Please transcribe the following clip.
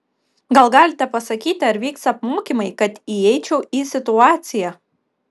gal galite pasakyti ar vyks apmokymai kad įeičiau į situaciją